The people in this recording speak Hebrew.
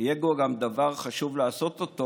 יהיה בכך עוד דבר שחשוב לעשות אותו,